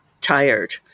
tired